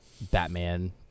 Batman